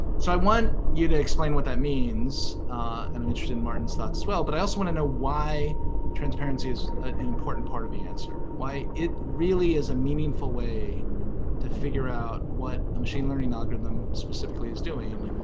so i want you to explain what that means and i'm interested in martin's thoughts as well, but i also want to know why transparency is an important part of the answer. why it really is a meaningful way to figure out what a machine learning algorithm specifically is doing.